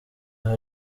aho